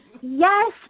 Yes